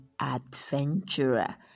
adventurer